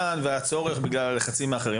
בגלל הלחצים האחרים.